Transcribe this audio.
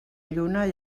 lluna